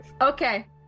Okay